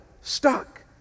stuck